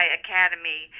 academy